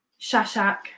Shashak